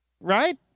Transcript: right